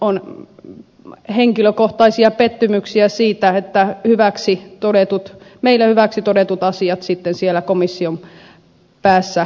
on henkilökohtaisia pettymyksiä siitä että meille hyväksi todetut asiat sitten siellä komission päässä kaatuvat